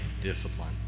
discipline